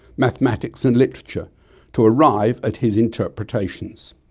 mathematics and literature to arrive at his interpretations.